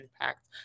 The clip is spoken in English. impact